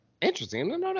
Interesting